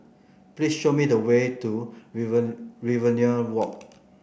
please show me the way to Riverina Walk